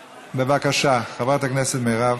בבקשה, חברת הכנסת מירב